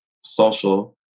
Social